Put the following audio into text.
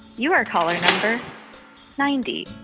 you are caller number ninety-nine.